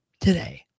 today